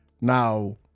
Now